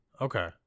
Okay